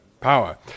power